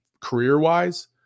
career-wise